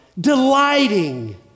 delighting